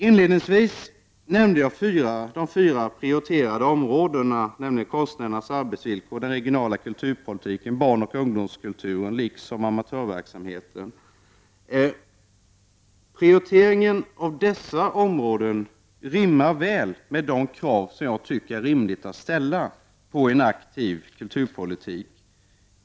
Inledningsvis nämnde jag de fyra prioriterade områdena inom kulturbudgeten, nämligen konstnärernas arbetsvillkor, den regionala kulturpolitiken, barnoch ungdomskulturen liksom amatörverksamheten. Prioriteringen av dessa områden rimmar väl med de krav som jag anser är rimliga att ställa på en aktiv kulturpolitik.